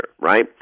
right